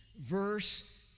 verse